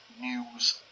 news